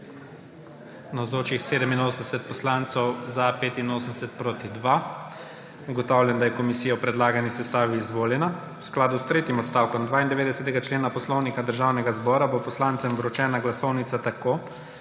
2. (Za je glasovalo 85.) (Proti 2.) Ugotavljam, da je komisija v predlagani sestavi izvoljena. V skladu s tretjim odstavkom 92. člena Poslovnika Državnega zbora bo poslancem vročena glasovnica tako,